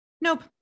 nope